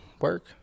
work